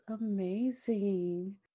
amazing